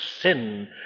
sin